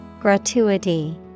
Gratuity